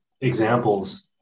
examples